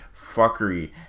fuckery